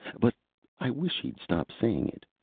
but i wish he'd stop saying it.